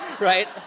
Right